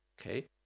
Okay